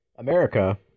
America